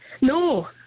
No